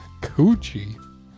Coochie